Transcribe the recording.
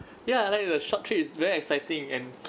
ya I like the short trip it's very exciting and